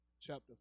chapter